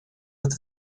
with